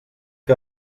que